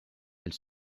elle